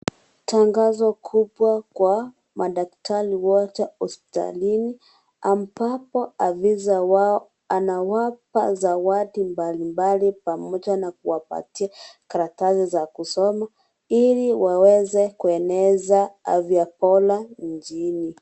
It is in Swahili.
Tangazo kubwa kwa madaktari wote hospitalini ambapo afisa wao anawapa zawadi mbalimbali pamoja na kuwapatia karatasi za kusoma ili waweze kueneza afya bora nchini.